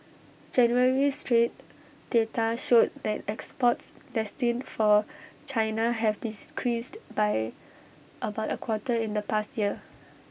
January's trade data showed that exports destined for China have be decreased by about A quarter in the past year